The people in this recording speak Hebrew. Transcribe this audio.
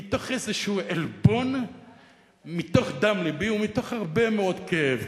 מתוך דם לבי ומתוך הרבה מאוד כאב.